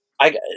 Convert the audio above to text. I-